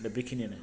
दा बेखिनियानो